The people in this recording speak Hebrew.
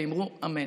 ואמרו אמן.